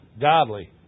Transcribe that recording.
godly